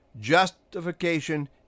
Justification